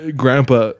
grandpa